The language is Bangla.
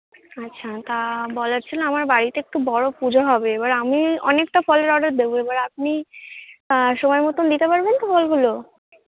আচ্ছা তা বলার ছিলো আমার বাড়িতে একটু বড়ো পুজো হবে এবার আমি অনেকটা ফলের অর্ডার দেবো এবার আপনি সময় মতোন দিতে পারবেন তো ফলগুলো